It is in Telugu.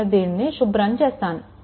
నేను దీనిని శుభ్రం చేస్తాను